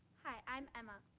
hi, i'm emma.